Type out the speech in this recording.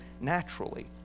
naturally